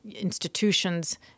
institutions